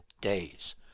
days